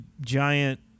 giant